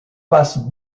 passe